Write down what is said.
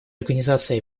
организации